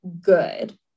good